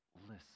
Listen